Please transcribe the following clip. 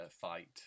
fight